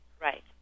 Right